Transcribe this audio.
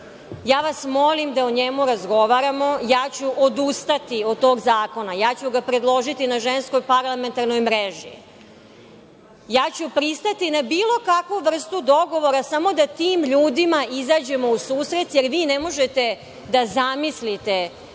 vas da o njemu razgovaramo, ja ću odustati od tog zakona, ja ću ga predložiti na Ženskoj parlamentarnoj mreži, pristaću na bilo kakvu vrstu dogovora, samo da tim ljudima izađemo u susret, jer vi ne možete da zamislite